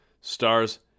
Stars